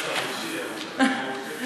קליטת חיילים משוחררים (תיקון מס' 19),